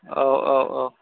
औ औ औ